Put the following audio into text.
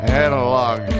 analog